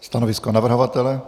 Stanovisko navrhovatele?